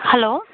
hello